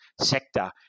sector